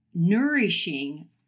Nourishing